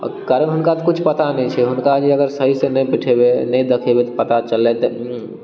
कारण हुनका तऽ कुछ पता नहि छै हुनका जे अगर सहीसँ नहि बैठेबै नहि देखेबै तऽ पता चललै